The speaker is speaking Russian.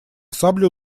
саблю